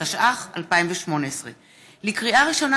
התשע"ח 2018. לקריאה ראשונה,